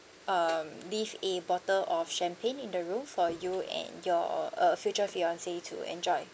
um leave a bottle of champagne in the room for you and your uh future fiancee to enjoy